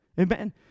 Amen